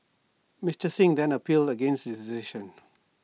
Mister Singh then appealed against this decision